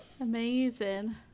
Amazing